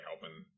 helping